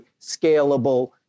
scalable